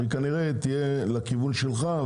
כנראה שהיא תהיה לכיוון שלך,